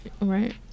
Right